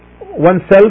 oneself